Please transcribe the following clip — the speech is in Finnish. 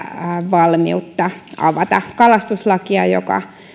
valmiutta avata kalastuslakia joka